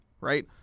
right